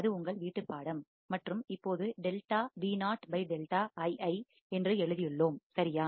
அது உங்கள் வீட்டுப்பாடம் மற்றும் இப்போது delta Vo by delta Ii என்று எழுதியுள்ளோம் சரியா